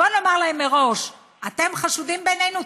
בוא נאמר להם מראש: אם חשודים בעינינו,